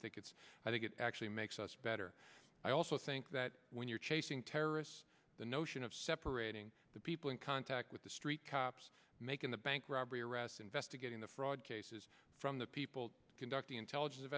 think it's i think it actually makes us better i also think that when you're chasing terrorists the notion of separating the people in contact with the street cops making the bank robbery arrests investigating the fraud cases from the people conducting intelligence